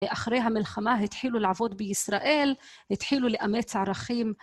אחרי המלחמה התחילו לעבוד בישראל, התחילו לאמץ ערכים.